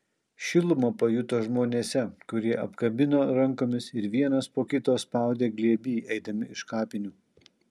šilumą pajuto žmonėse kurie apkabino rankomis ir vienas po kito spaudė glėby eidami iš kapinių